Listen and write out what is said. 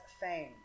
fame